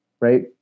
right